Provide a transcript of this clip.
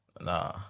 Nah